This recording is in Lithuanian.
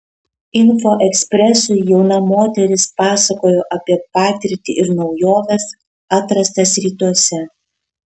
info ekspresui jauna moteris pasakojo apie patirtį ir naujoves atrastas rytuose